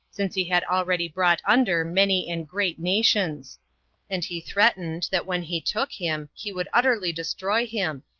since he had already brought under many and great nations and he threatened, that when he took him, he would utterly destroy him,